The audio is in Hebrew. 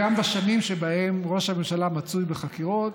בשנים שבהן ראש הממשלה מצוי בחקירות,